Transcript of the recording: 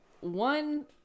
one